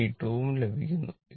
732 ഉം ലഭിക്കും